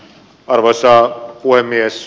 arvoisa puhemies